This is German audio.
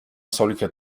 solcher